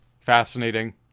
fascinating